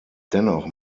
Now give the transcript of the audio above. dennoch